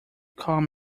calm